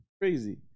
crazy